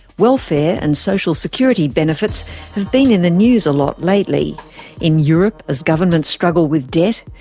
welfare and social security benefits have been in the news a lot lately in europe as governments struggle with debt,